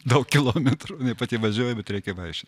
daug kilometrų jinai pati važiuoja bet reikia vaikščiot